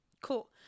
Cool